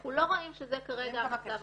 אנחנו לא רואים שזה כרגע המצב הקיים.